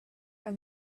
and